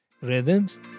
rhythms